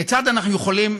היא כיצד אנחנו יכולים